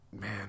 Man